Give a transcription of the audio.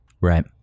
right